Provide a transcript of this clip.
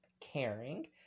caring